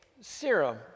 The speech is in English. serum